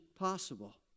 Possible